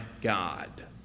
God